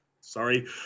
Sorry